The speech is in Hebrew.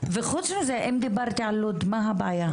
וחוץ מזה, אם דיברתי על לוד, מה הבעיה?